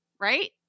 right